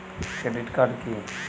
Credit card কি?